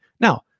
Now